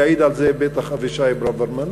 יעיד על זה בטח אבישי ברוורמן,